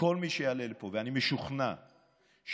ואני משוכנע,